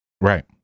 Right